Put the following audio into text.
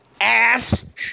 ass